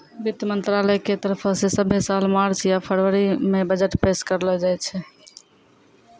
वित्त मंत्रालय के तरफो से सभ्भे साल मार्च या फरवरी मे बजट पेश करलो जाय छै